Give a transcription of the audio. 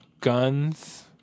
Guns